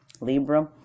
Libra